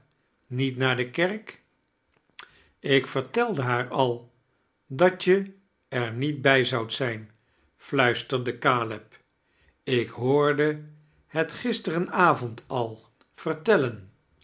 niet naar de kerk ik vertelde haar al dat je er niet bij zoudt zijn fluisteirde caleb ik hoorde he gisteren avond al verdiekens